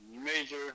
major